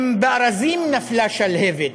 אם בארזים נפלה שלהבת,